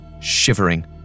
Shivering